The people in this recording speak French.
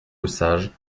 lesage